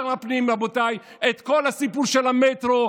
שר הפנים,